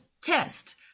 test